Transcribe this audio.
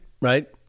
right